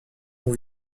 bon